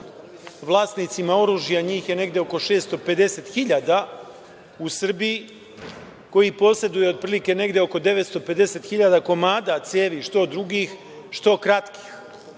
vlasnicima oružja. Njih je negde oko 650.000 u Srbiji koji poseduju otprilike negde oko 950.000 komada cevi, što dugih, što kratkih.